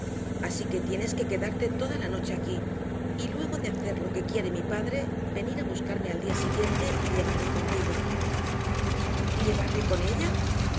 así que tienes que quedarte toda la noche aquí y luego de hacer lo que quiere mi padre venir a buscarme al día siguiente y llevarme contigo llevarle con ella